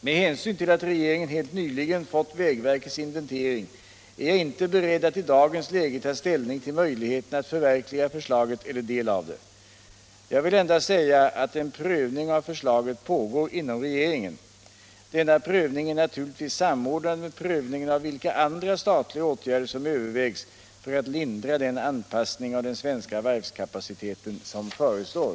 Med hänsyn till att regeringen helt nyligen fått vägverkets inventering är jag inte beredd att i dagens läge ta ställning till möjligheterna att förverkliga förslaget eller del av det. Jag vill endast säga att en prövning av förslaget pågår inom regeringen. Denna prövning är naturligtvis samordnad med prövningen av vilka andra statliga åtgärder som övervägs för att lindra den anpassning av den svenska varvskapaciteten som förestår.